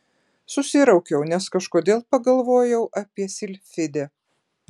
susiraukiau nes kažkodėl pagalvojau apie silfidę